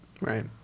Right